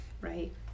Right